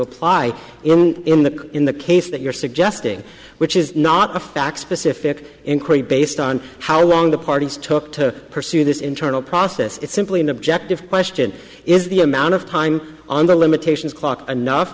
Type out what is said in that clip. apply in in the in the case that you're suggesting which is not a fact specific increase based on how long the parties took to pursue this internal process it's simply an objective question is the amount of time on the limitations clock enough